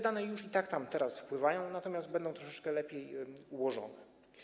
Dane już i tak tam teraz wpływają, natomiast będą troszeczkę lepiej ułożone.